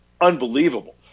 unbelievable